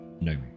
No